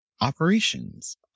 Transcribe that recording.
operations